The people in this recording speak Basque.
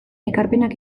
ekarpenak